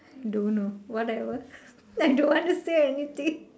don't know whatever I don't want to say anything